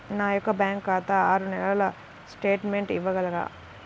నా యొక్క బ్యాంకు ఖాతా ఆరు నెలల స్టేట్మెంట్ ఇవ్వగలరా?